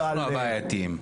אנחנו הבעייתיים.